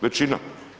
Većina.